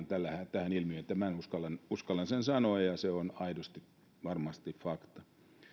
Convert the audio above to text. tähän ilmiöön uskallan uskallan sen sanoa ja se on aidosti varmasti fakta